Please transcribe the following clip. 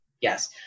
yes